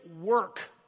work